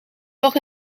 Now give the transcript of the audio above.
nog